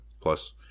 Plus